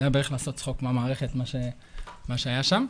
זה היה בערך לעשות צחוק מהמערכת, מה שהיה שם.